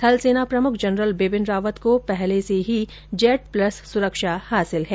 थन सेना प्रमुख जनरल बिपिन रावत को पहले से ही जैड प्लस सुरक्षा हासिल है